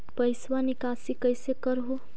पैसवा निकासी कैसे कर हो?